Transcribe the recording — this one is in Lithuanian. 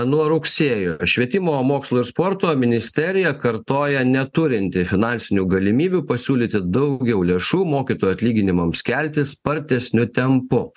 nuo rugsėjo švietimo mokslo ir sporto ministerija kartoja neturinti finansinių galimybių pasiūlyti daugiau lėšų mokytojų atlyginimams kelti spartesniu tempu